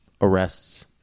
arrests